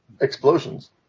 explosions